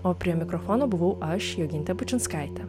o prie mikrofono buvau aš jogintė bučinskaitė